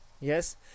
Yes